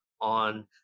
on